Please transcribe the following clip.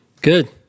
Good